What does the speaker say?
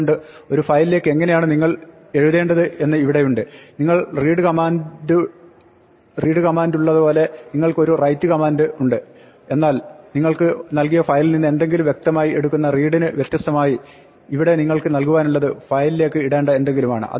അതുകൊണ്ട് ഒരു ഫയലിലേക്ക് എങ്ങിനെയാണ് നിങ്ങൾ എഴുതേണ്ടത് എന്ന് ഇവിടെയുണ്ട് നിങ്ങൾക്ക് റീഡ് കമാന്റുള്ളതുപോലെ നിങ്ങൾക്ക് ഒരു റൈറ്റ് write കമാന്റുണ്ട് എന്നാൽ നിങ്ങൾ നൽകിയ ഫയലിൽ നിന്ന് എന്തെങ്കിലും വ്യക്തമായി എടുക്കുന്ന read ന് വ്യത്യസ്തമായി ഇവിടെ നിങ്ങൾക്ക് നൽകുവാനുള്ളത് ഫയലിലേക്ക് ഇടേണ്ട എന്തെങ്കിലുമാണ്